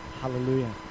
Hallelujah